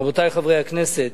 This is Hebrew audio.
רבותי חברי הכנסת,